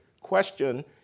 question